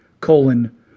colon